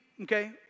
okay